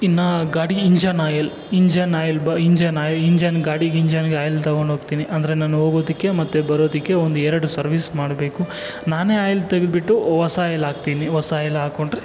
ಇನ್ನು ಗಾಡಿ engine oil engine oil engine oil engine ಗಾಡಿ ಇಂಜನ್ಗೆ ಆಯಿಲ್ ತಗೊಂಡೋಗ್ತೀನಿ ಅಂದರೆ ನಾನು ಹೋಗೋದಕ್ಕೆ ಮತ್ತು ಬರೋದಕ್ಕೆ ಒಂದೆರಡು ಸರ್ವೀಸ್ ಮಾಡಬೇಕು ನಾನೇ ಆಯಿಲ್ ತೆಗೆದ್ಬಿಟ್ಟು ಹೊಸ ಆಯಿಲ್ ಹಾಕ್ತೀನಿ ಹೊಸ ಆಯಿಲ್ ಹಾಕ್ಕೊಂಡ್ರೆ